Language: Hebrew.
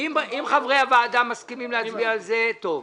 אם חברי הוועדה מסכימים להצביע על זה טוב.